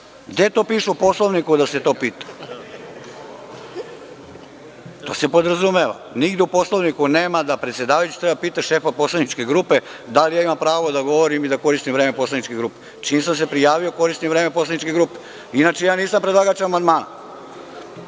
Gde to piše u Poslovniku da se to pita? To se podrazumeva. Nigde u Poslovniku nema da predsedavajući treba da pita šefa Poslaničke grupe da li ja imam pravo da govorim i da koristim vreme poslaničke grupe. Čim sam se prijavio koristim vreme poslaničke grupe, inače ja nisam predlagač amandmana. Pamtim